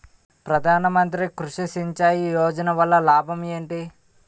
ప్రధాన మంత్రి కృషి సించాయి యోజన వల్ల లాభం ఏంటి?